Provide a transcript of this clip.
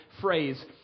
phrase